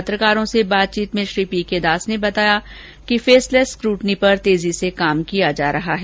पत्रकारों से बातचीत में श्री पी के दास ने बताया कि फेसलैस स्क्रूटनी पर तेजी से काम किया जा रहा है